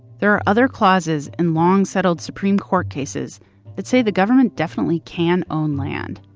there are other clauses in long-settled supreme court cases that say the government definitely can own land.